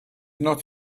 not